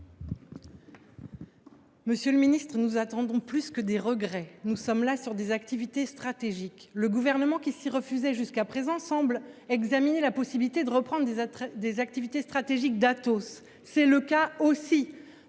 Monsieur le ministre, nous attendons plus que des regrets. Nous parlons d’activités stratégiques. Le Gouvernement, qui s’y refusait jusqu’à présent, semble examiner la possibilité de reprendre les activités stratégiques d’Atos. Pourquoi ne pas